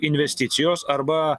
investicijos arba